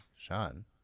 Sean